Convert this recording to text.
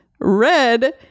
red